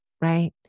right